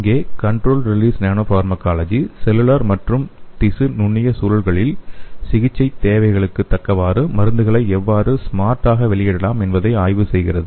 இங்கே controlled release nano pharmacology cellular மற்றும் திசு நுண்ணிய சூழல்களில் சிகிச்சை தேவைகளுக்கு தக்கவாறு மருந்துகளை எவ்வாறு ஸ்மார்ட் ஆக வெளியிடலாம் என்பதை ஆய்வு செய்கிறது